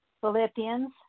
Philippians